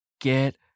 get